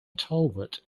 talbot